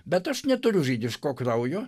bet aš neturiu žydiško kraujo